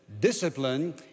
discipline